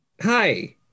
Hi